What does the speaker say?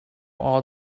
all